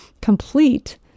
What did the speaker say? complete